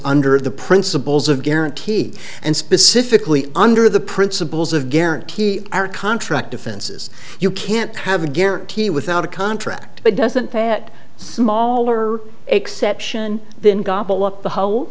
under the principles of guaranteed and specifically under the principles of guarantee our contract defenses you can't have a guarantee without a contract but doesn't that smaller exception then gobble up the whole